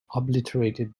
obliterated